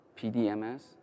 PDMS